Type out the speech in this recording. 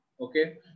Okay